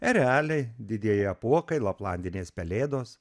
ereliai didieji apuokai laplandinės pelėdos